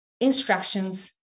instructions